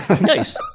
Nice